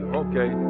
okay